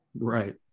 Right